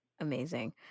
Amazing